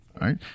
right